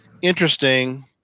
interesting